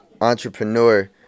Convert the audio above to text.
entrepreneur